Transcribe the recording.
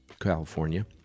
California